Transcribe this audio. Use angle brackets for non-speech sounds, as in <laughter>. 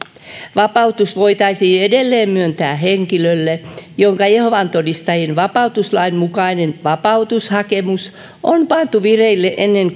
vapautus voitaisiin edelleen myöntää henkilölle jonka jehovan todistajien vapautuslain mukainen vapautushakemus on pantu vireille ennen <unintelligible>